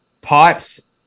Pipes